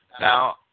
Now